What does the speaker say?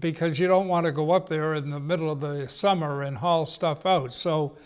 because you don't want to go up there in the middle of the summer and haul stuff out so